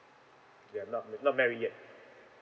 yeah not not marry yet